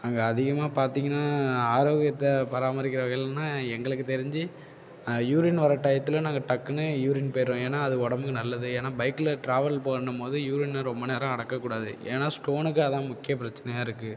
அங்கே அதிகமாக பார்த்திங்கன்னா ஆரோக்கியத்தை பராமரிக்கிற வகையிலேன்னா எங்களுக்கு தெரிஞ்சு யூரின் வர டையத்துல நாங்கள் டக்குன்னு யூரின் போய்டுறோம் ஏன்னா அது உடம்புக்கு நல்லது ஏன்னா பைக்கில் ட்ராவல் போகணும்போது யூரினை ரொம்ப நேரம் அடக்கக்கூடாது ஏன்னா ஸ்டோனுக்கு அதான் முக்கிய பிரச்சனையாக இருக்கு